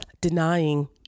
denying